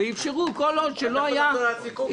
ואפשרו כל עוד שלא היה אישור.